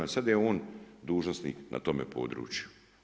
Sad je on dužnosnik na tome području.